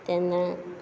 तेन्ना